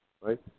right